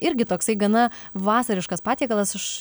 irgi toksai gana vasariškas patiekalas aš